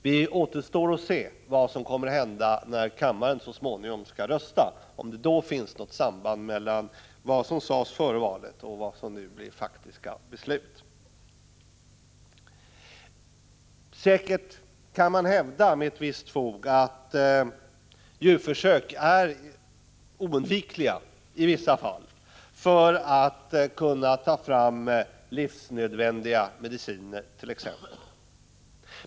Det återstår att se vad som kan hända när kammaren så småningom skall rösta — om det då finns något samband mellan vad som sades före valet och vad som nu blir faktiska beslut. Säkert kan man hävda med ett visst fog att djurförsök är oundvikliga i vissa fall för att man t.ex. skall kunna ta fram livsnödvändiga mediciner.